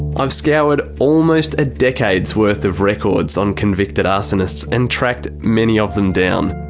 i've scoured almost a decade's worth of records on convicted arsonists and tracked many of them down.